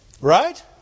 Right